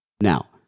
Now